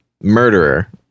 murderer